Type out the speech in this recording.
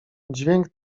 dźwięk